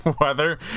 weather